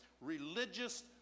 religious